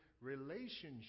relationship